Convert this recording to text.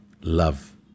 love